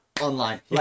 online